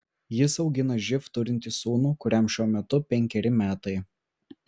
jis augina živ turintį sūnų kuriam šiuo metu penkeri metai